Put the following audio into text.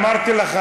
אמרתי לך,